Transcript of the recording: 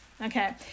okay